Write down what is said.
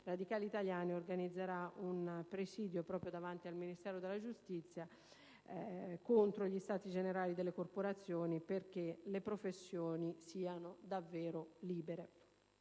«Radicali italiani» organizzerà un presidio proprio davanti al Ministero della giustizia contro gli stati generali delle corporazioni, perché le professioni siano davvero libere.